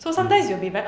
mm